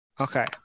Okay